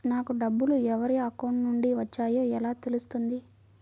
నాకు డబ్బులు ఎవరి అకౌంట్ నుండి వచ్చాయో ఎలా తెలుస్తుంది?